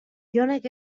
jonek